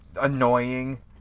annoying